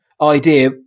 idea